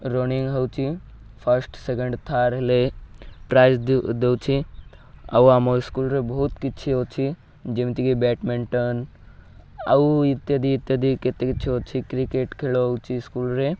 running ହେଉଛିି first second third ହେଲେ prize ଦଉଛି ଆଉ ଆମ ସ୍କୁଲ୍ରେ ବହୁତ କିଛି ଅଛି ଯେମିତିକି ବ୍ୟାଡ଼ମିଣ୍ଟନ୍ ଆଉ ଇତ୍ୟାଦି ଇତ୍ୟାଦି କେତେ କିଛି ଅଛି କ୍ରିକେଟ୍ ଖେଳ ହେଉଛି ସ୍କୁଲ୍ରେ